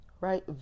right